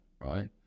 right